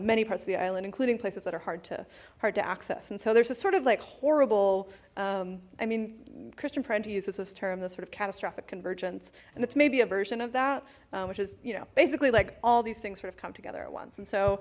many parts of the island including places that are hard to hard to access and so there's a sort of like horrible i mean christian parenti uses this term the sort of catastrophic convergence and it's maybe a version of that which is you know basically like all these things sort of come together at once and so